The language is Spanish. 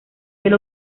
del